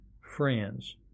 friends